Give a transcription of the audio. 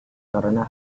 karena